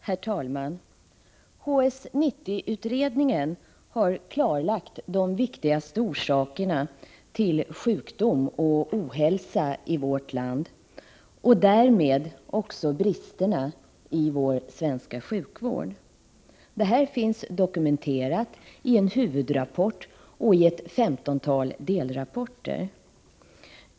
Herr talman! HS 90-utredningen har klarlagt de viktigaste orsakerna till sjukdom och ohälsa i vårt land och därmed också bristerna i vår svenska sjukvård. Det här finns dokumenterat i en huvudrapport och i ca 15 delrapporter.